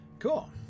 Cool